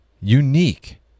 unique